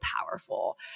powerful